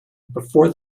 before